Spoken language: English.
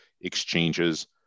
exchanges